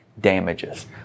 Damages